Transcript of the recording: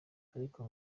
ariko